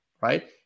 right